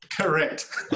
Correct